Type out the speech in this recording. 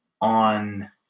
on